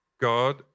God